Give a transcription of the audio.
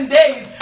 days